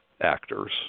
actors